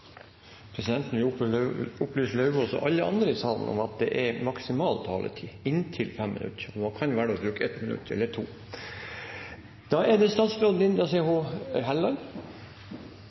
Presidenten vil opplyse representanten Eidem Løvaas og alle andre i salen om at det er maksimal taletid, inntil 5 minutter, og man kan velge å bruke 1 minutt – eller 2. I en tid med skjerpet konkurranse fra globale aktører er det